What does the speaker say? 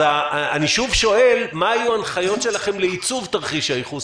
אז אני שוב שואל: מה היו ההנחיות שלכם לייצוב תרחיש הייחוס